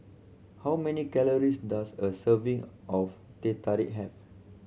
how many calories does a serving of Teh Tarik have